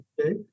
Okay